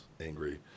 angry